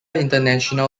international